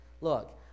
Look